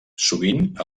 sovint